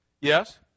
Yes